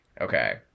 Okay